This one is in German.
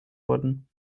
wurden